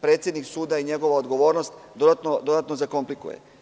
predsednik suda i njegova odgovornost dodatno zakomplikovati.